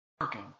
working